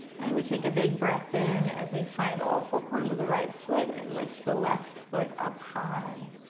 and we take a big breath in as we find all four corners of the right foot and lift the left foot up high.